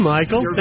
Michael